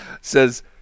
says